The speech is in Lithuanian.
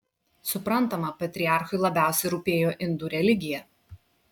suprantama patriarchui labiausiai rūpėjo indų religija